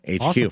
HQ